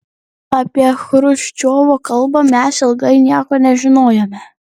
apie chruščiovo kalbą mes ilgai nieko nežinojome